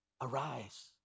arise